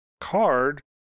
card